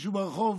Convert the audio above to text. ומישהו ברחוב